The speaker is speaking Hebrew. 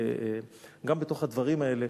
גם בתוך הדברים האלה.